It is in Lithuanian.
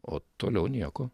o toliau nieko